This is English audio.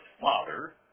father